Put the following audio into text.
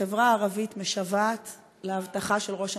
החברה הערבית משוועת להבטחה של ראש הממשלה,